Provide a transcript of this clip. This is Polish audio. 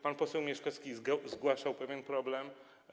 Pan poseł Mieszkowski zgłaszał pewien problem.